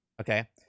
Okay